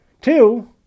Two